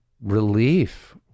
relief